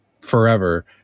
forever